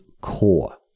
core